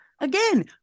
again